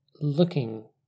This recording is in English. looking